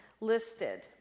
listed